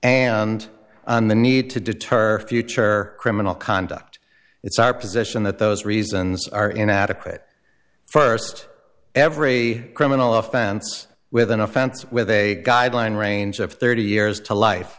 and the need to deter future criminal conduct it's our position that those reasons are inadequate first every criminal offense with an offense with a guideline range of thirty years to life